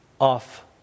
off